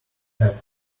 hat